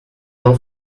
jean